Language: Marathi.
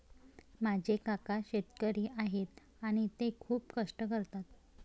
माझे काका शेतकरी आहेत आणि ते खूप कष्ट करतात